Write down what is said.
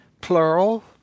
plural